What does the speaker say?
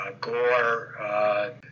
Gore